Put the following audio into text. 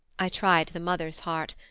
i tried the mother's heart.